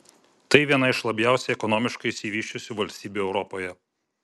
tai viena iš labiausiai ekonomiškai išsivysčiusių valstybių europoje